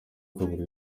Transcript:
buri